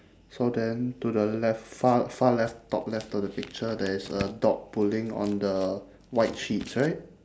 so then to the left far far left top left to the picture there is a dog pulling on the white sheets right